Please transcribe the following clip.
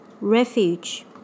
Refuge